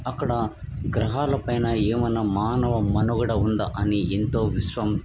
అక్కడ గ్రహాలు పైన ఏమన్నా మానవ మనువడ ఉందా అని ఎంతో విశ్వం